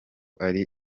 ari